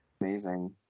amazing